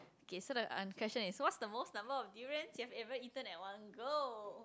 okay so the uh question is what's the most number of durians you have ever eaten at one go